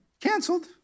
canceled